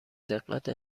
دقت